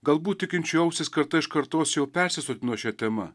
galbūt tikinčiųjų ausys karta iš kartos jau persisotino šia tema